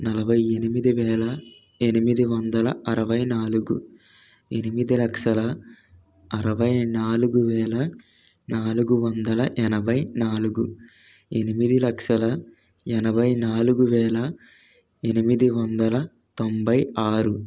నలభై ఎనిమిది వేల ఎనిమిది వందల అరవై నాలుగు ఎనిమిది లక్షల అరవై నాలుగు వేల నాలుగు వందల ఎనభై నాలుగు ఎనిమిది లక్షల ఎనభై నాలుగు వేల ఎనిమిది వందల తొంభై ఆరు